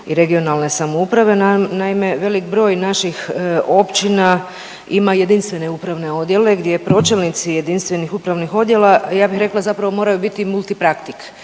kadra za rad u JLRS. Naime, velik broj naših općina ima jedinstvene upravne odjele gdje pročelnici jedinstvenih upravnih odjela ja bih rekla zapravo moraju biti multipraktik